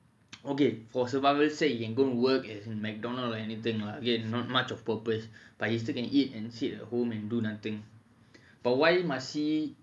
okay for survivors said you can go work at mcdonald's or anything yet not much of purpose but he still can eat and sit at home and do nothing but why marcie